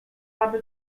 aby